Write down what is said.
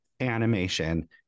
animation